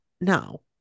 No